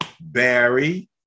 Barry